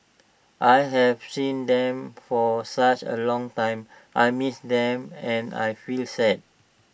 I haven't seen them for such A long time I miss them and I feel sad